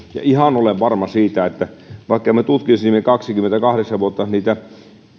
ja olen ihan varma siitä että vaikka me tutkisimme kaksikymmentäkahdeksan vuotta niitä